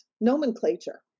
nomenclature